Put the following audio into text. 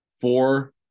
four